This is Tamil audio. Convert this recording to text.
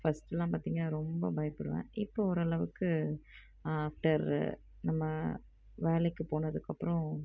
ஃபர்ஸ்ட்லாம் பார்த்தீங்கனா ரொம்ப பயப்படுவேன் இப்போது ஓரளவுக்கு ஆஃப்டர் நம்ம வேலைக்கு போனதுக்கு அப்புறம்